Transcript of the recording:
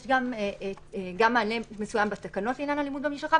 יש מענה מסוים בתקנות לעניין אלימות במשפחה,